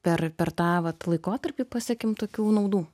per per tą vat laikotarpį pasiekėm tokių naudų